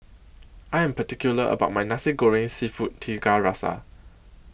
I Am particular about My Nasi Goreng Seafood Tiga Rasa